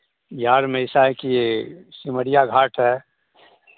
बिहार में ऐसा है कि सिमरिया घाट है